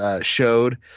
Showed